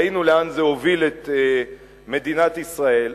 ראינו לאן זה הוביל את מדינת ישראל.